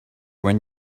when